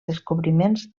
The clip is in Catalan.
descobriments